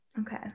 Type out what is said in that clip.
Okay